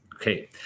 okay